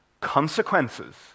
consequences